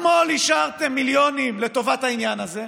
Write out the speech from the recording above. אתמול אישרתם מיליונים לטובת העניין הזה,